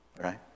Right